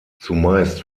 zumeist